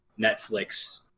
Netflix